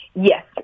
Yes